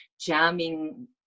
jamming